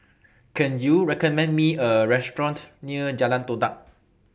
Can YOU recommend Me A Restaurant near Jalan Todak